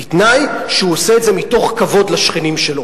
בתנאי שהוא עושה את זה מתוך כבוד לשכנים שלו.